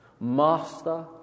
Master